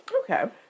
Okay